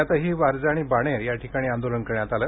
पुण्यातही वारजे आणि बाणेर याठिकाणी आंदोलन करण्यात आलं